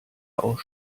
auch